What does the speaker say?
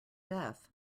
death